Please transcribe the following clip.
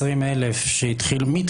שינוי מעמד היא לא סופרת.